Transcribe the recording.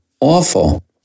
awful